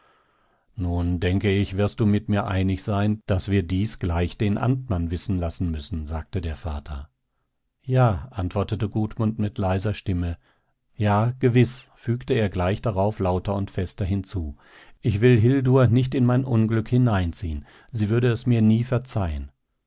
nun denke ich wirst du mit mir einig sein daß wir dies gleich den amtmann wissen lassen müssen sagte der vater ja antwortete gudmund mit leiser stimme ja gewiß fügte er gleich darauf lauter und fester hinzu ich will hildur nicht in mein unglück hineinziehen sie würde es mir nie verzeihen